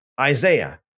Isaiah